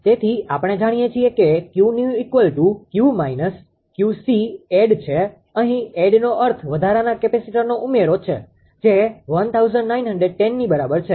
તેથી આપણે જાણીએ છીએ કે 𝑄𝑛𝑒𝑤𝑄 − 𝑄𝐶𝑎𝑑𝑑 છેઅહીં addનો અર્થ વધારાના કેપેસિટરનો ઉમેરો છે જે 1910 ની બરાબર છે